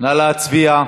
נא להצביע.